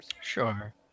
sure